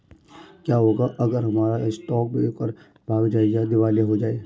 क्या होगा अगर हमारा स्टॉक ब्रोकर भाग जाए या दिवालिया हो जाये?